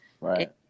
Right